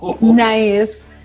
Nice